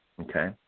Okay